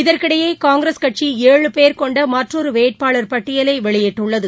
இதற்கிடையேகாங்கிரஸ் கட்சி ஏழு பேர் கொண்டமற்றொருவேட்பாளர் பட்டியலைவெளியிட்டுள்ளது